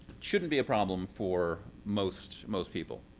shouldn't be a problem for most most people.